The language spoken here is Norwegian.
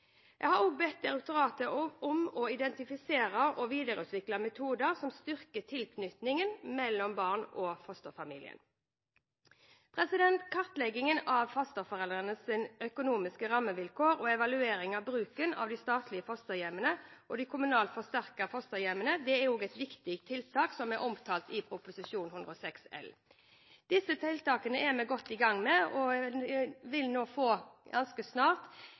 Jeg også bedt direktoratet om å identifisere og videreutvikle metoder som styrker tilknytningen mellom barn og fosterfamilie. Kartlegging av fosterforeldrenes økonomiske rammevilkår og evaluering av bruken av de statlige fosterhjemmene og de kommunalt forsterkede fosterhjemmene er også viktige tiltak, som er omtalt i Prop. 106 L for 2012–2013. Disse tiltakene er vi godt i gang med, og vi vil ganske snart få